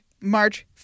March